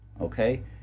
okay